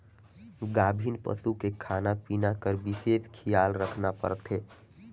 गाभिन पसू के खाना पिना कर बिसेस खियाल रखना परथे